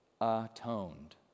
Atoned